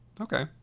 Okay